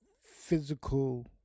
physical